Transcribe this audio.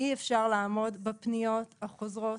אי אפשר לעמוד בפניות החוזרות,